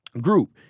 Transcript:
group